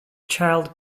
child